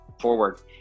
forward